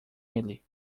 ele